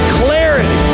clarity